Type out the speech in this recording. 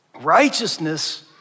righteousness